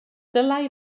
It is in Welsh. dylai